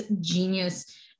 genius-